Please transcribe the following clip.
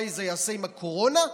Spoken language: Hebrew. מה נעשה עם הקורונה?